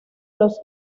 los